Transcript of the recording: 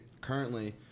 currently